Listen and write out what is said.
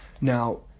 Now